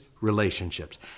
relationships